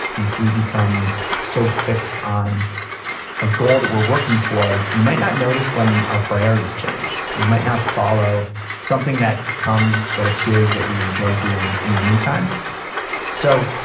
if we become so fixed on a goal that we're working toward, we might not notice when our priorities change. we might not follow something that comes, that appears, that we enjoy doing in the meantime so,